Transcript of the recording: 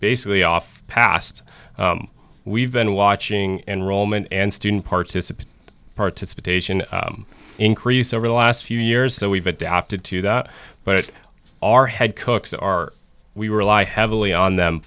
basically off past we've been watching enrollment and student participant participation increase over the last few years so we've adapted to that but it's our head cooks are we rely heavily on them